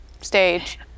stage